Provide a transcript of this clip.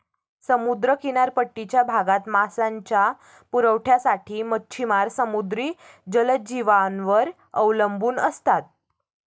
समुद्र किनारपट्टीच्या भागात मांसाच्या पुरवठ्यासाठी मच्छिमार समुद्री जलजीवांवर अवलंबून असतात